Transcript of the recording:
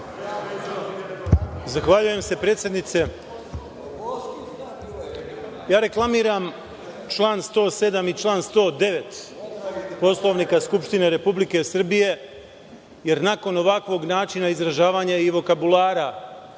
Zahvaljujem se predsednice. Reklamiram član 107. i član 109. Poslovnika Skupštine Republike Srbije, jer nakon ovakvog načina izražavanja i vokabulara